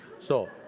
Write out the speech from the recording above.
so